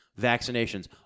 vaccinations